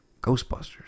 Ghostbusters